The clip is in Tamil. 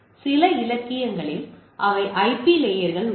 சில இலக்கியங்களில் அவை ஐபி லேயரில் உள்ளன